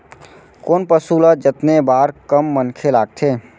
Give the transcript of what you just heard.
कोन पसु ल जतने बर कम मनखे लागथे?